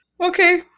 Okay